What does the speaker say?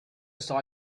saw